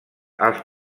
als